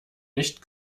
nicht